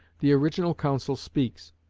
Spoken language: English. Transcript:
the original counsel speaks.